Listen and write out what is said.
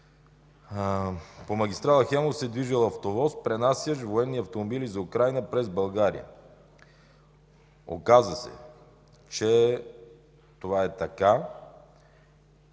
По магистрала „Хемус” се е движил автовоз, пренасящ военни автомобили за Украйна през България. Оказа се, че това е така